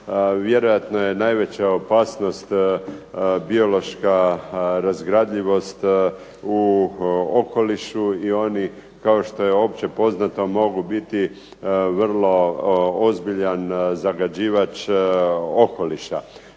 vjerojatno je najveća opasnost biološka razgradivost u okolišu i oni kao što je poznato mogu biti vrlo ozbiljan zagađivač okoliša.